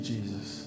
Jesus